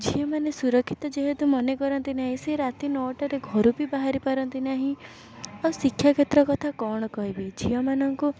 ଝିଅମାନେ ସୁରକ୍ଷିତ ଯେହେତୁ ମନେକରନ୍ତି ନାହିଁ ସିଏ ରାତି ନଅଟାରେ ଘରୁ ବି ବାହାରି ପାରନ୍ତି ନାହିଁ ଆଉ ଶିକ୍ଷାକ୍ଷେତ୍ର କଥା କ'ଣ କହିବି ଝିଅମାନଙ୍କୁ